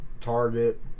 target